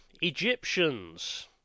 egyptians